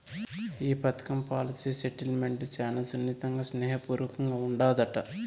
ఈ పదకం policy settlement శానా సున్నితంగా, స్నేహ పూర్వకంగా ఉండాదట